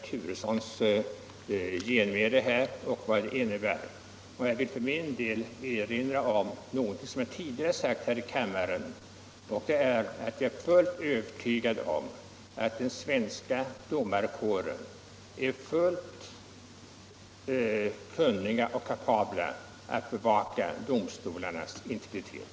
Herr talman! Jag förstår inte vad herr Turessons genmäle innebär. Jag har tidigare sagt här i kammaren — och jag vill upprepa det — att jag är fullt övertygad om att den svenska domarkåren är både kunnig och kapabel att bevaka domstolarnas integritet.